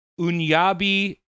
Unyabi